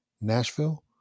Nashville